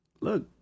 look